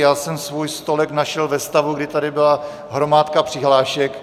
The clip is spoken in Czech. Já jsem svůj stolek našel ve stavu, kdy tady byla hromádka přihlášek.